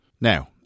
Now